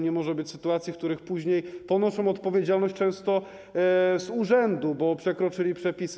Nie może być sytuacji, w których później poniosą oni odpowiedzialność często z urzędu, bo przekroczyli przepisy.